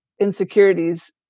insecurities